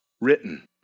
written